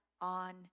on